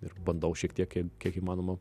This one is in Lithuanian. ir bandau šiek tiek kiek kiek įmanoma